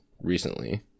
recently